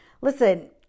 Listen